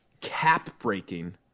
cap-breaking